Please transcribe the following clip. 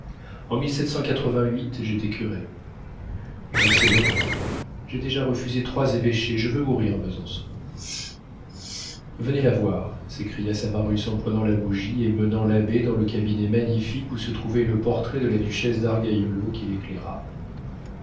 en j'étais curé je sais la vie j'ai déjà refusé trois évêchés je veux mourir à besançon venez la voir s'écria savarus en prenant la bougie et menant l'abbé dans le cabinet magnifique où se trouvait le portrait de la duchesse d'argaiolo qu'il éclaira